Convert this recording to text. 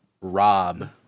Rob